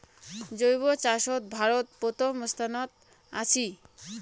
জৈব চাষত ভারত প্রথম স্থানত আছি